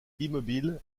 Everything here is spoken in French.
immobile